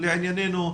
לעניינו,